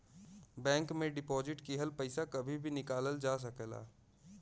bank में deposit किहल पइसा कभी भी निकालल जा सकला